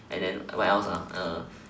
and then what else ah